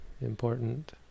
important